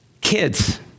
Kids